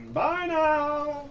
bye now!